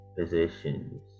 positions